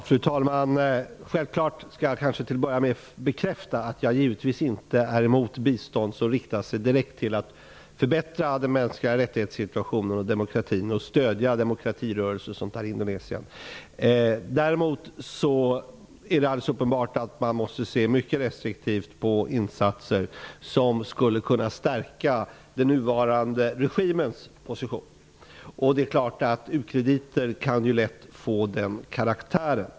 Fru talman! Jag skall till att börja med bekräfta att jag givetvis inte är emot bistånd som riktas direkt till organisationer som vill förbättra situationen för mänskliga rättigheter och demokratin och till stöd för demokratirörelsen i Indonesien. Däremot är det helt uppenbart att man måste se mycket restriktivt på insatser som skulle kunna stärka den nuvarande regimens position. Det är klart att ukrediter lätt kan få den karaktären.